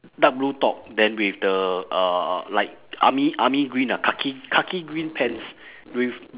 dark blue top then with the uh like army army green ah khaki khaki green pants with